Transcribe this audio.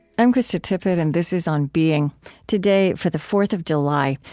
i'm krista tippett and this is on being. today, for the fourth of july,